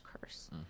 curse